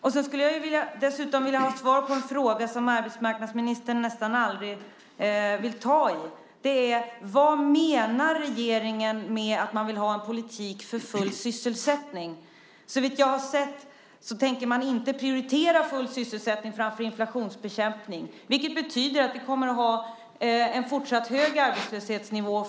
Jag skulle dessutom vilja ha svar på en fråga som arbetsmarknadsministern nästan aldrig vill ta i. Vad menar regeringen med att ni vill ha en politik för full sysselsättning? Så vitt jag har sett tänker regeringen inte prioritera full sysselsättning framför inflationsbekämpning, vilket betyder att vi framöver kommer att ha en fortsatt hög arbetslöshetsnivå.